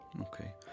okay